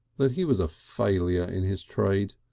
that he was a failure in his trade.